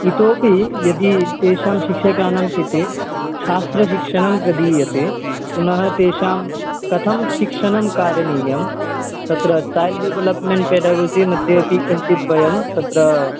इतोऽपि यदि तेषां शिक्षकाणां कृते शास्त्रशिक्षणं प्रदीयते पुनः तेषां कथं शिक्षणं कारणीयं तत्र चैल्ड् डेवलप्मेण्ट् मध्येऽपि किञ्चित् वयं तत्र